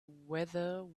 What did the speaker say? whether